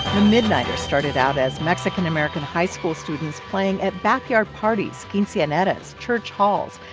ah midniters started out as mexican-american high school students playing at backyard parties, quinceaneras, church halls.